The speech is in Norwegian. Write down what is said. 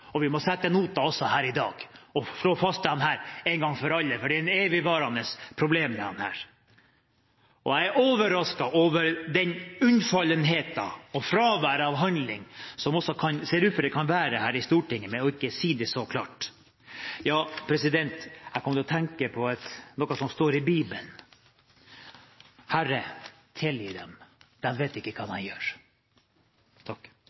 nå vi skal sette nota og få ringvirkninger? Vi må sette nota også her i dag og slå det fast en gang for alle, for dette er et evigvarende problem. Jeg er overrasket over den unnfallenheten og det fraværet av handling som ser ut til å være her i Stortinget ved ikke å si det så klart. Jeg kom til å tenke på noe som står i Bibelen: «Far, tilgi dem, for de vet ikke hva